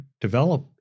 develop